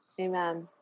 amen